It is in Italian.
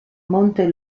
monte